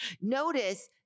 Notice